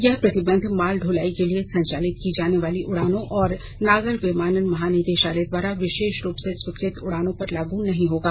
यह प्रतिबंध माल दुलाई के लिए संचालित की जाने वाली उड़ानों और नागर विमानन महानिदेशलय द्वारा विशेष रूप से स्वीकृत उड़ानों पर लागू नहीं होगा